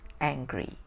angry